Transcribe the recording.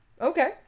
Okay